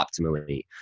optimally